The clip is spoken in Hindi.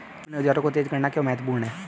अपने औजारों को तेज करना क्यों महत्वपूर्ण है?